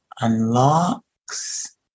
unlocks